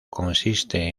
consiste